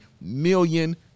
million